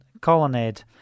Colonnade